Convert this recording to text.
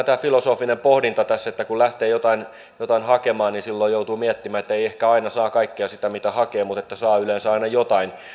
tämä filosofinen pohdinta että kun lähtee jotain jotain hakemaan niin silloin joutuu miettimään että ei ehkä aina saa kaikkea sitä mitä hakee mutta että saa yleensä aina